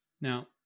now